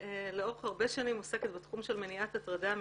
אני לאורך הרבה שנים עוסקת בתחום של מניעת הטרדה מינית.